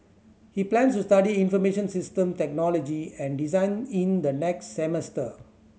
he plans to study information system technology and design in the next semester